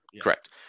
Correct